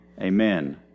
amen